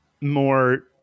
more